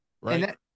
right